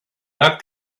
that